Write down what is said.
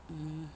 mmhmm